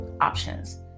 options